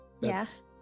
Yes